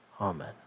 Amen